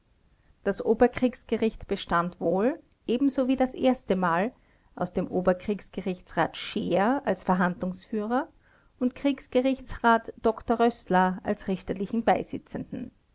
das oberkriegsgericht bestand wohl ebenso wie das erstemal aus dem oberkriegsgerichtsrat scheer als verhandlungsführer und kriegsgerichtsrat dr rößler als richterlichen beisitzenden